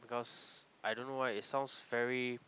because I don't know why it sounds very